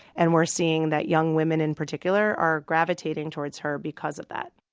and we're seeing that young women in particular are gravitating towards her because of that.